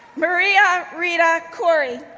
maria rita khouri,